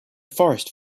forest